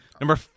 Number